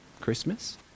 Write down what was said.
Christmas